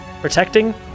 protecting